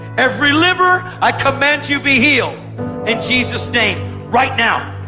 every liver, i command you be healed in jesus' name. right now.